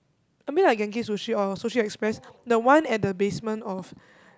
I mean I like Genki-Sushi or Sushi-Express the one at the basement of